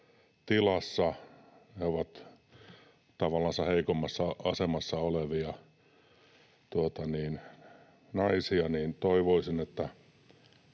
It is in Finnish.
heikommassa asemassa olevia naisia.